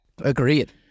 Agreed